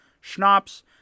schnapps